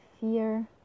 fear